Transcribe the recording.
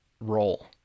role